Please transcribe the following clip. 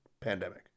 pandemic